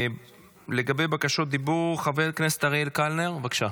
לגבי בקשות דיבור, חבר הכנסת אריאל קלנר, בבקשה.